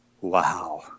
wow